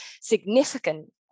significant